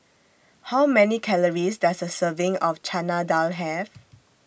How Many Calories Does A Serving of Chana Dal Have